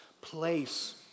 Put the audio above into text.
place